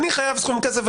חייב סכום כסף,